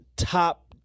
top